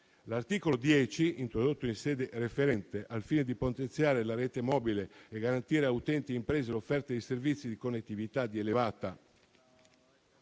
L'articolo 10, introdotto in sede referente al fine di potenziare la rete mobile e garantire a utenti e imprese l'offerta di servizi di connettività di elevata